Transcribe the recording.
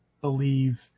believe